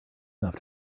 enough